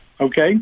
Okay